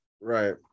Right